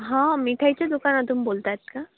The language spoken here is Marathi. हा मिठाईच्या दुकानातून बोलत आहात का